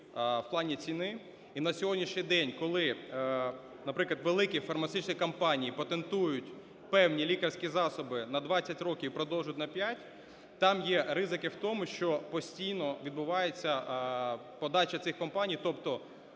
в плані ціни. І на сьогоднішній день, коли, наприклад, великі фармацевтичні компанії патентують певні лікарські засоби на 20 років, продовжують на 5, там є ризики в тому, що постійно відбувається подача цих компаній.